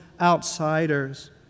outsiders